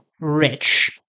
rich